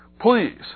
please